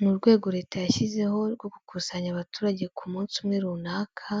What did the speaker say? Mu rwego leta yashyizeho rwo gukusanya abaturage ku munsi umwe runaka